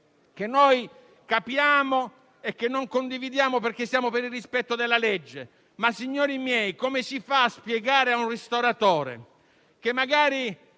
che noi capiamo e che non condividiamo, perché siamo per il rispetto della legge. Signori miei, come si fa a spiegare a un ristoratore, che magari